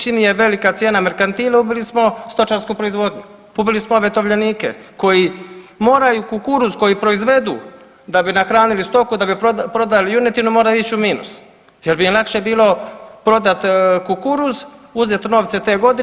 Čim je velika cijena merkantilu ubili smo stočarsku proizvodnju, ubili smo ove tovljenike koji moraju kukuruz koji proizvedu da bi nahranili stoku da bi prodali junetinu mora ići u minus jer bi im lakše bilo prodat kukuruz, uzet novce te godine.